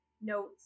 notes